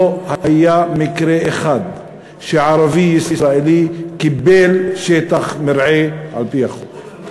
לא היה מקרה אחד שערבי ישראלי קיבל שטח מרעה על-פי החוק.